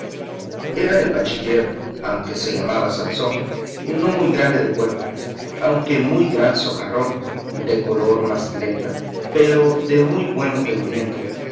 era el bachiller aunque se llamaba sansón no muy grande de cuerpo aunque muy gran socarrón de color macilenta pero de muy buen entendimiento